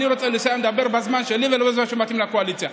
אני רוצה לסיים לדבר בזמן שלי ולא בזמן שמתאים לקואליציה.